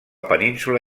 península